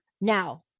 Now